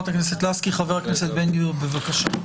חבר הכנסת בן גביר, בבקשה.